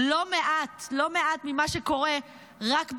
לא מעט, לא מעט ממה שקורה, רק בדיעבד,